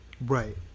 Right